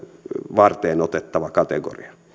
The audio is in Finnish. varteenotettava kategoria